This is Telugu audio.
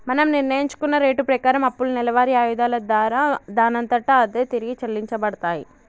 మనం నిర్ణయించుకున్న రేటు ప్రకారం అప్పులు నెలవారి ఆయిధాల దారా దానంతట అదే తిరిగి చెల్లించబడతాయి